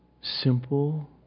simple